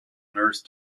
nurse